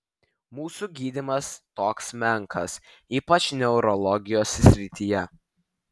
mūsų gydymas toks menkas ypač neurologijos srityje